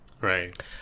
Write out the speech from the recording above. Right